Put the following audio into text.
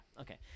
okay